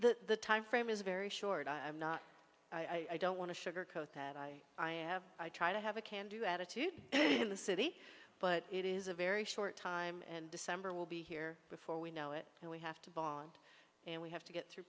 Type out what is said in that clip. if the time frame is very short i'm not i don't want to sugarcoat that i have i try to have a can do attitude in the city but it is a very short time and december will be here before we know it and we have to bond and we have to get through